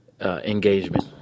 engagement